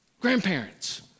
Grandparents